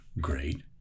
great